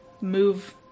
move